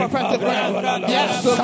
Yes